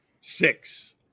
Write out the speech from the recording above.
Six